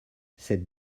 cette